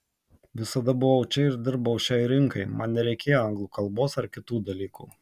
visada buvau čia ir dirbau šiai rinkai man nereikėjo anglų kalbos ar kitų dalykų